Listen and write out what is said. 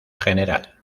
general